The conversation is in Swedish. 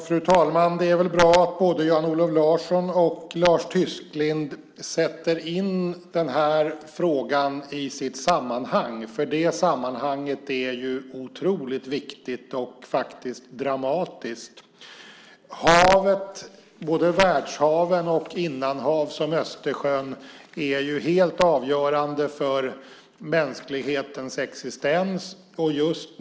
Fru talman! Det är bra att både Jan-Olof Larsson och Lars Tysklind sätter in frågan i sitt sammanhang, för det sammanhanget är otroligt viktigt och dramatiskt. Både världshaven och innanhav som Östersjön är helt avgörande för mänsklighetens existens.